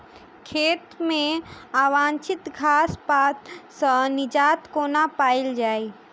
खेत मे अवांछित घास पात सऽ निजात कोना पाइल जाइ?